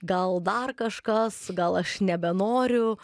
gal dar kažkas gal aš nebenoriu